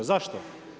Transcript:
Zašto?